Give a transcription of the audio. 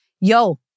yo